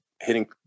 hitting